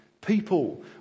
people